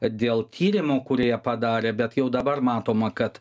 dėl tyrimų kurį jie padarė bet jau dabar matoma kad